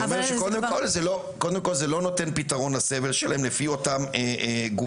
אני אומר שקודם כל זה לא נותן פיתרון לסבל שלהם לפי אותם גופים.